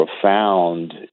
profound